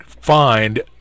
find